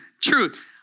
Truth